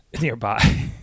nearby